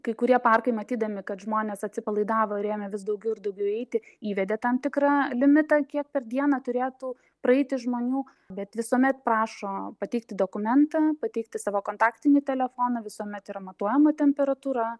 kai kurie parkai matydami kad žmonės atsipalaidavo ir ėmė vis daugiau ir daugiau eiti įvedė tam tikrą limitą kiek per dieną turėtų praeiti žmonių bet visuomet prašo pateikti dokumentą pateikti savo kontaktinį telefoną visuomet yra matuojama temperatūra